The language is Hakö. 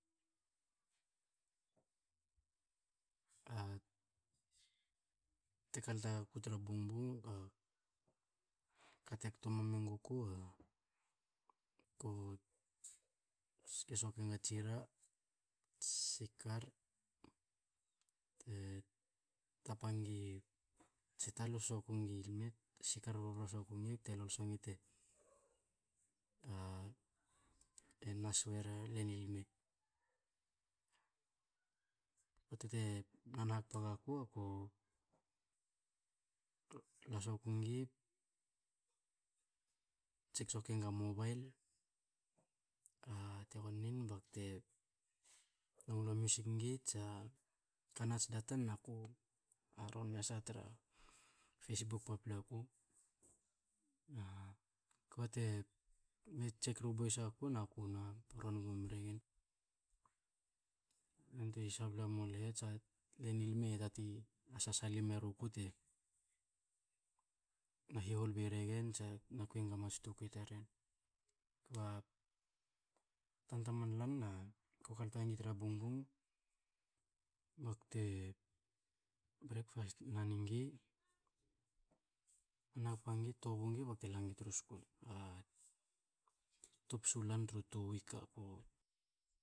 A te kalta gaku tra bongbong aka te kto mam eguku, ah ko ske soke ats ira, ats sikar, tapa nigi tsa talus soku nigi lme, iskar brobro soku nig bte loso nig te nas wera len i lme. Pota te nan hakpa gaku ako la soku nigi tsek soku enga mobile bakte longlo musik nigi tsa kanats data naku ha ron has tru facebook papalaku bka te me tsek eru boys a ko, a ko na ron gnomri yen. Yantuein sabla mui lhe tsa len lme tati sa salim eruku tena hol bei regen, tsa kui enga mats tukui taren, ba tana man lan ako kalta nigi tra bongbong bakte breakfast nan nigi. Nana hakpa nigi tobu nigi bakte bakte lanig tru skul. Topsu lan trua twu wik ako lalal nig